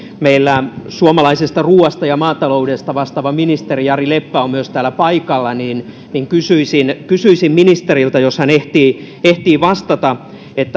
meillä myös suomalaisesta ruuasta ja maataloudesta vastaava ministeri jari leppä on täällä paikalla kysyisin kysyisin ministeriltä jos hän ehtii ehtii vastata